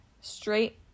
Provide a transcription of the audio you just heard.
Straight